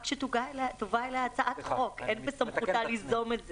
רק שתובא אליה הצעת חוק ואין בסמכותה ליזום את זה,